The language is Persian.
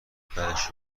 برش